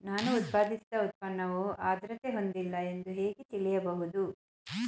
ನಾನು ಉತ್ಪಾದಿಸಿದ ಉತ್ಪನ್ನವು ಆದ್ರತೆ ಹೊಂದಿಲ್ಲ ಎಂದು ಹೇಗೆ ತಿಳಿಯಬಹುದು?